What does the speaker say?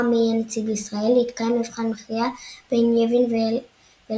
מי יהיה נציג ישראל התקיים מבחן מכריע בין ייבין ואלשייך,